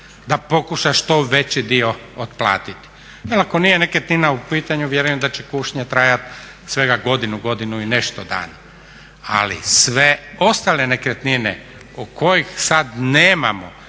da pokuša što veći dio otplatiti. Jer ako nije nekretnina u pitanju vjerujem da će kušnja trajati svega godinu, godinu i nešto dana. Ali sve ostale nekretnine kojih sad nemamo